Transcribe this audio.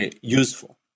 useful